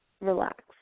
relax